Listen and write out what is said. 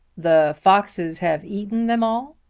the foxes have eaten them all?